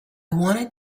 wanted